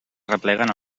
arrepleguen